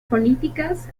políticas